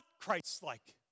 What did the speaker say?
Christ-like